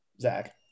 Zach